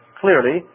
clearly